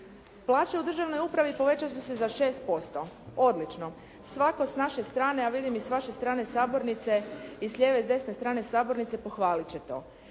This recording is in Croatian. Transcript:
Plaće u državnoj upravi povećati će se za 6%. Odlično. Svatko s naše strane, a vidim i s vaše strane sabornice i s lijeve i desne strane sabornice pohvaliti će to.